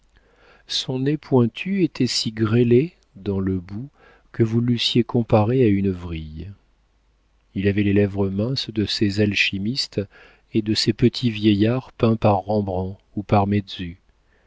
son nez pointu était si grêlé dans le bout que vous l'eussiez comparé à une vrille il avait les lèvres minces de ces alchimistes et de ces petits vieillards peints par rembrandt ou par